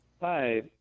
Hi